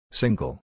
Single